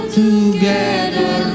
together